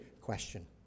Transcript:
question